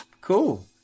cool